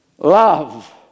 Love